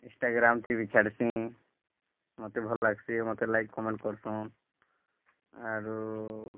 Instagram ତି ବି ଛାଡ଼୍ସିଁ ମୋତେ ଭଲ୍ ଲାଗ୍ସିଁ ମୋତେ ଲାଇକ୍ କମେଣ୍ଟ କରସନ୍ ଆରୁ